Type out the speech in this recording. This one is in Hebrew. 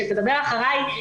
שתדבר אחרי,